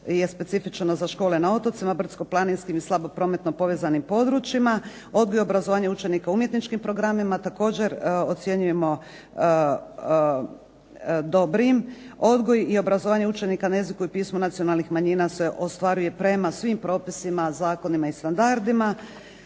to specifično za škole na otocima, brdsko-planinskim i slabo prometno povezanim područjima. Odgoj i obrazovanje učenika u umjetničkim programima također ocjenjujemo dobrim. Odgoj i obrazovanje učenika na jeziku i pismu nacionalnih manjina se ostvaruje prema svim propisima, zakonima i standardima.